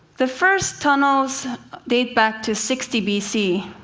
the first tunnels date back to sixty b c.